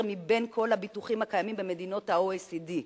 מבין כל הביטוחים הקיימים במדינות ה-OECD.